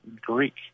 Greek